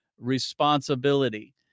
responsibility